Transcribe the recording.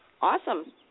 Awesome